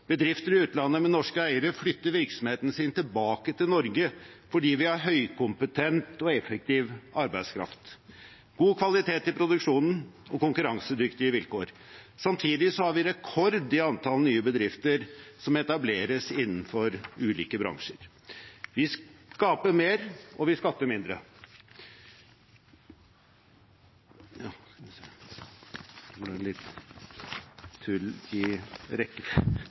Bedrifter i utlandet med norske eiere flytter virksomheten sin tilbake til Norge fordi vi har høykompetent og effektiv arbeidskraft, god kvalitet i produksjonen og konkurransedyktige vilkår. Samtidig har vi rekord i antall nye bedrifter som etableres innenfor ulike bransjer. Vi skaper mer, og vi skatter mindre.